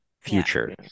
future